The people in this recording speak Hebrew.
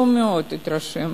הוא מאוד התרשם,